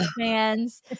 fans